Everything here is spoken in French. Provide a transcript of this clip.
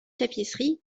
tapisseries